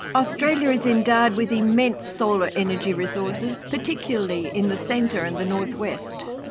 australia is endowed with immense solar energy resources, particularly in the centre and the northwest.